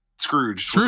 Scrooge